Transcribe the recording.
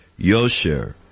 Yosher